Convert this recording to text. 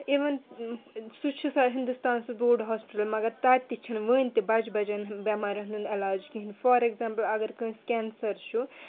اِوٕن سُہ چھُ ساروی ہِندُستانَس بوٚڈ ہاسپِٹَل مگر تَتہِ تہِ چھِنہٕ وٕنۍ تہِ بَجہِ بَجَن بٮ۪مارٮ۪ن ہُنٛد علاج کِہیٖنۍ فار اٮ۪گزامپٕل اگر کٲنٛسہِ کینسَر چھُ